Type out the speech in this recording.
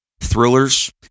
thrillers